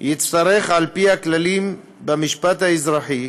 יצטרך על-פי הכללים במשפט האזרחי